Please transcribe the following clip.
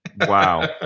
Wow